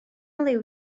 liw